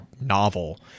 novel